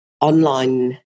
online